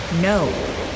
no